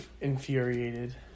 infuriated